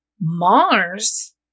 Mars